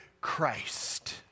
Christ